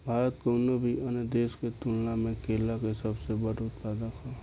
भारत कउनों भी अन्य देश के तुलना में केला के सबसे बड़ उत्पादक ह